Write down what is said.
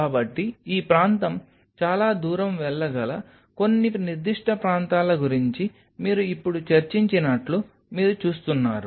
కాబట్టి ఈ ప్రాంతం చాలా దూరం వెళ్లగల కొన్ని నిర్దిష్ట ప్రాంతాల గురించి మీరు ఇప్పుడు చర్చించినట్లు మీరు చూస్తున్నారు